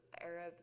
Arab